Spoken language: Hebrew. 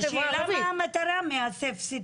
השאלה מה המטרה מה- save city?